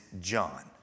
John